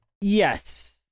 Yes